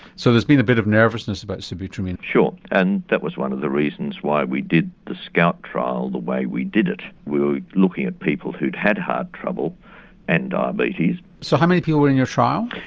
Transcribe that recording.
so there's been a bit of nervousness about sibutramine. sure, and that was one of the reasons why we did the scout trial the way we did it. we were looking at people who'd had heart trouble and diabetes. so how many people were in your trial?